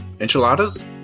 Enchiladas